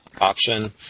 option